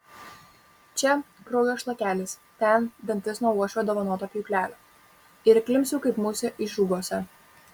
čia kraujo šlakelis ten dantis nuo uošvio dovanoto pjūklelio ir įklimpsiu kaip musė išrūgose